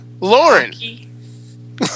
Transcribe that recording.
Lauren